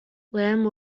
lamb